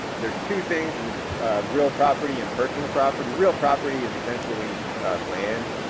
there's two things in real property and personal property. real property is essentially land,